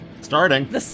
Starting